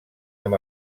amb